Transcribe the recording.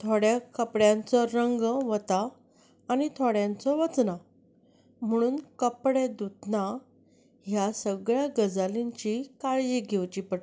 थोड्या कपड्यांचो रंग वता आनी थोड्यांचो वचना म्हणून कपडे धुतना ह्या सगळ्या गजालींची काळजी घेवची पडटा